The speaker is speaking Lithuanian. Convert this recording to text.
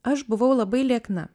aš buvau labai liekna